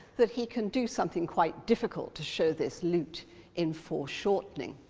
that he can do something quite difficult to show this lute in foreshortening.